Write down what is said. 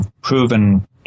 proven